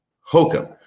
hokum